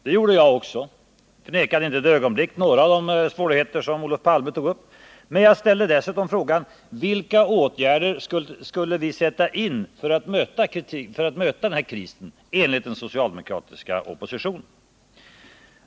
Det gjorde även jag och förnekade inte ett ögonblick några av de svårigheter som Olof Palme tog upp. Men jag ställde dessutom frågan: Vilka åtgärder skulle den socialdemokratiska oppositionen vilja sätta in för att möta den här krisen?